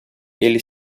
ele